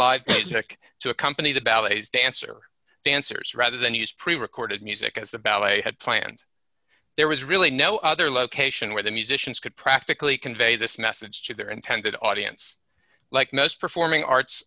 live music to accompany the ballets dancer dancers rather than use pre court of music as the ballet had planned there was really no other location where the musicians could practically convey this message to their intended audience like most performing arts